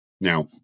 Now